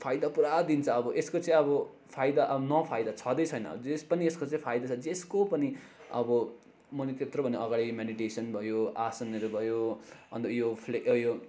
फाइदा पुरा दिन्छ अब यसको चाहिँ अब फाइदा नफाइदा छँदै छैन जे पनि यसको चाहिँ फाइदा जको पनि अब मैले त्यत्रो भनेँ अघाडि मेडिटेसन भयो आसनहरू भयो अन्त यो फ्ले उयो